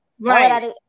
right